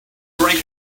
drank